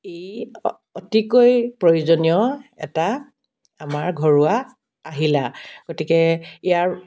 ই অতিকৈ প্ৰয়োজনীয় এটা আমাৰ ঘৰুৱা আহিলা গতিকে ইয়াৰ